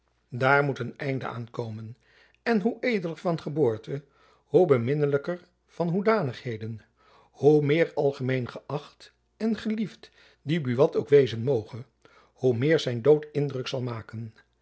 daar moet een einde aan komen en hoe edeler van geboorte hoe beminnelijker van hoedanigheden hoe meer algemeen geächt en geliefd die buat ook wezen moge hoe meer zijn dood indruk zal maken